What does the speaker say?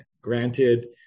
Granted